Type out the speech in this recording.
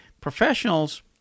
professionals